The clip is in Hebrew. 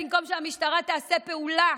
במקום שהמשטרה תעשה פעולה,